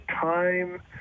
time